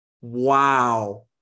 Wow